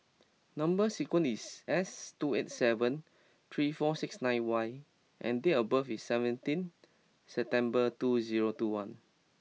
number sequence is S two eight seven three four six nine Y and date of birth is seventeen September two zero two one